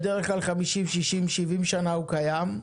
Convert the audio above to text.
בדרך כלל 50, 60, 70 שנה הוא קיים,